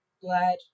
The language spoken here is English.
Glad